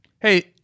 Hey